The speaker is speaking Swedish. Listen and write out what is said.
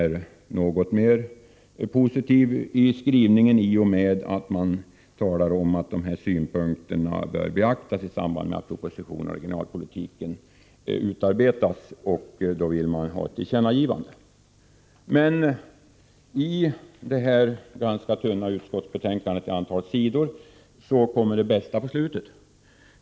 Reservationens skrivning är något mer positiv; man säger att dessa synpunkter bör beaktas i samband med att propositionen om regionalpolitiken utarbetas. Reservanterna yrkar att riksdagen som sin mening ger regeringen detta till känna. I detta till sidantalet ganska tunna betänkande kommer det bästa på slutet.